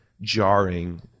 jarring